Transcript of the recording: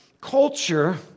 culture